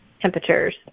temperatures